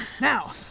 Now